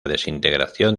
desintegración